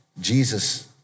Jesus